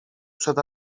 przed